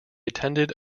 attended